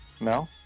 No